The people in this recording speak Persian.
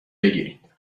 بگیرین